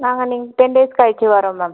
நாங்கள் நீங்க ten days கழித்து வரோம் மேம்